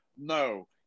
no